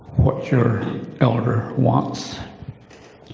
what your elder wants.